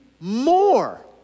more